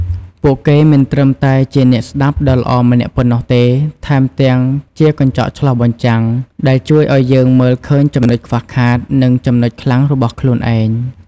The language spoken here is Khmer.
ពួកគេមិនត្រឹមតែជាអ្នកស្តាប់ដ៏ល្អម្នាក់ប៉ុណ្ណោះទេ ថែមទាំងជា កញ្ចក់ឆ្លុះបញ្ចាំង ដែលជួយឲ្យយើងមើលឃើញចំណុចខ្វះខាត និងចំណុចខ្លាំងរបស់ខ្លួនឯង។